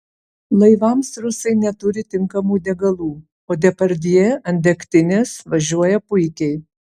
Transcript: laivams rusai neturi tinkamų degalų o depardjė ant degtinės važiuoja puikiai